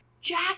Jack